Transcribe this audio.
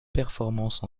performances